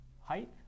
height